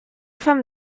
femme